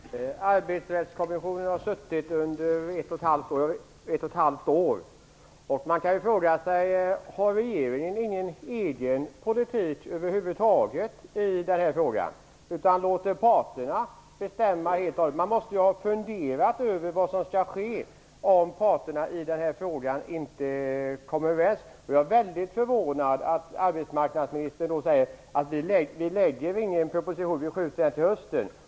Fru talman! Arbetsrättskommissionen har suttit i ett och ett halvt år. Man kan fråga sig om regeringen inte har någon egen politik över huvud taget i den här frågan utan låter parterna bestämma helt och hållet. Man måste ju ha funderat över vad som skall ske om parterna inte kommer överens i den här frågan. Jag är väldigt förvånad över att arbetsmarknadsministern säger att det inte skall läggas fram någon proposition utan att den skall skjutas till hösten.